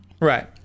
Right